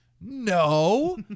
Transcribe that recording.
no